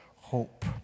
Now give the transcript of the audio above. hope